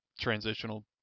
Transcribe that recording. transitional